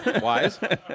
wise